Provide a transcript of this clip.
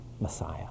Messiah